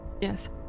yes